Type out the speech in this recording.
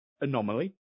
anomaly